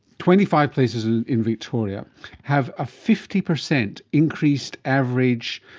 twenty five places in in victoria have ah fifty percent increased average